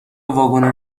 واگن